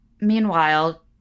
meanwhile